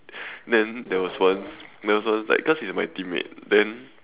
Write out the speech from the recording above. then there was once there was once like cause he is my teammate then